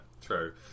true